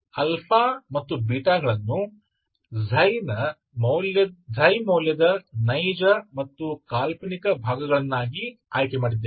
ಆದ್ದರಿಂದ ನಾನು ಗಳನ್ನು ಮೌಲ್ಯದ ನೈಜ ಮತ್ತು ಕಾಲ್ಪನಿಕ ಭಾಗಗಳನ್ನಾಗಿ ಆಯ್ಕೆ ಮಾಡಿದ್ದೇನೆ